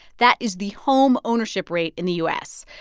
that is the homeownership rate in the u s.